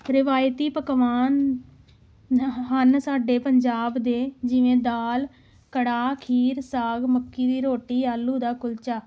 ਰਿਵਾਇਤੀ ਪਕਵਾਨ ਹਨ ਸਾਡੇ ਪੰਜਾਬ ਦੇ ਜਿਵੇਂ ਦਾਲ ਕੜਾਹ ਖੀਰ ਸਾਗ ਮੱਕੀ ਦੀ ਰੋਟੀ ਆਲੂ ਦਾ ਕੁਲਚਾ